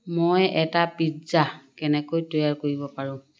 মই এটা পিজ্জা কেনেকৈ তৈয়াৰ কৰিব পাৰোঁ